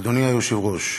אדוני היושב-ראש,